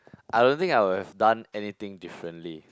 I don't think I would have done anything differently